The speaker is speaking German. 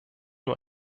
nur